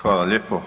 Hvala lijepo.